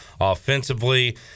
offensively